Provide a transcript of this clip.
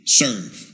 serve